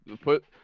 put